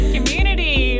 Community